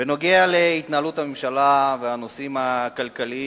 בנוגע להתנהלות הממשלה והנושאים הכלכליים,